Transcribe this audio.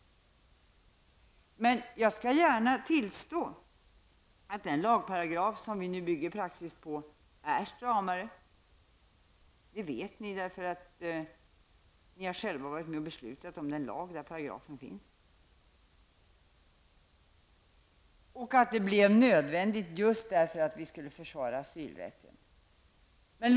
Men jag skall gärna tillstå att den lagparagraf som vi bygger praxis på är stramare. Det vet ni, för ni har själva varit med och beslutat om den lag där paragrafen finns. Den lagen blev nödvändig just för att vi skulle försvara asylrätten.